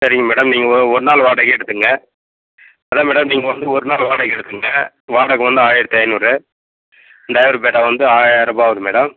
சரிங்க மேடம் நீங்கள் ஒ ஒரு நாள் வாடகையே எடுத்துக்குங்கள் அதான் மேடம் நீங்கள் வந்து ஒரு நாள் வாடகை எடுத்துக்குங்க வாடகை வந்து ஆயிரத்தி ஐந்நூறு ட்ரைவர் பேட்டா வந்து ஆயரம் ருபாய் ஆகுது மேடம்